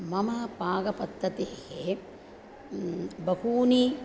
मम पाकपद्धतेः बहुनि